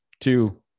two